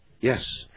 Yes